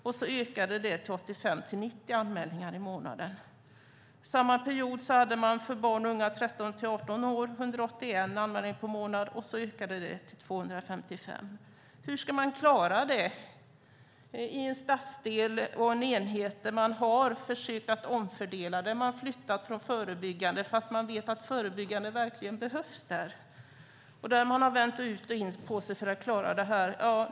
Sedan ökade det till 85-90 anmälningar i månaden. Samma period hade man för barn och unga mellan 13 och 18 år 181 anmälningar per månad. Sedan ökade det till 255. Hur ska man klara det i en stadsdel och på en enhet där man har försökt omfördela? Man har flyttat resurser från förebyggande åtgärder trots att man vet att förebyggande åtgärder verkligen behövs där. Man har vänt ut och in på sig för att klara detta.